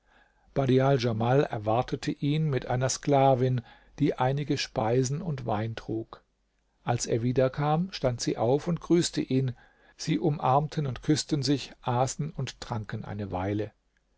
badial djamal erwartete ihn mit einer sklavin die einige speisen und wein trug als er wieder kam stand sie auf und grüßte ihn sie umarmten und küßten sich aßen und tranken eine weile